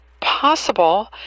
possible